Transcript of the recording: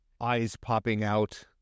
eyes-popping-out